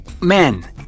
men